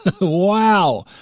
Wow